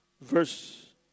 Verse